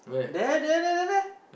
there there there there